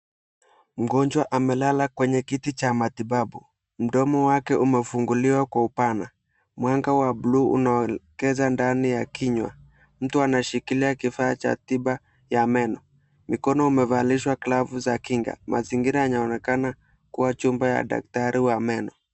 Mgonjwa amelala kwenye kiti cha matibabu. Mdomo wake umefunguliwa kwa upana. Mwanga wa buluu unaonekana ndani ya kinywa. Mtu anashikilia kifaa cha tiba ya meno. Mikono umevalishwa glavu za kinga. Mazingira yanaonekana kuwa chumba ya daktari wa meno.